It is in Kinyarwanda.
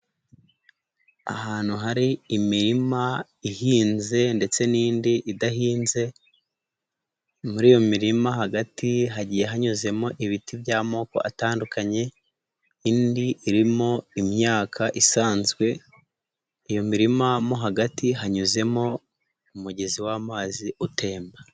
Ahantu hari imirima ihinze ndetse n'indi idahinze, muri iyo mirima hagati hagiye hanyuzemo ibiti by'amoko atandukanye, indi irimo imyaka isanzwe, iyo mirima mo hagati hanyuzemo umugezi w'amazi utemba.